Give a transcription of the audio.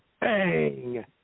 Bang